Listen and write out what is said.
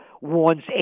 warns